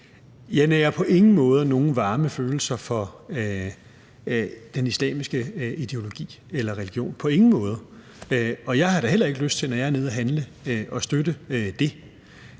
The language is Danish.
Jeg nærer på ingen måder nogen varme følelser for den islamiske ideologi eller religion – på ingen måder – og jeg har da heller ikke lyst til, når jeg er nede at handle, at støtte det.